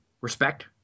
respect